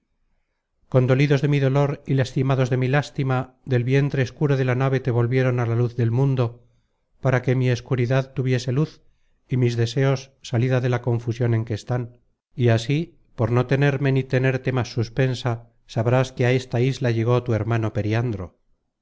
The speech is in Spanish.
tierra condolidos de mi dolor y lastimados de mi lástima content from google book search generated at del vientre escuro de la nave te volvieron a la luz del mundo para que mi escuridad tuviese luz y mis deseos salida de la confusion en que están y así por no tenerme ni tenerte más suspensa sabrás que á esta isla llegó tu hermano periandro